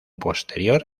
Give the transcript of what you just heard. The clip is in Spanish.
posterior